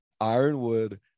Ironwood